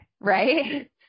right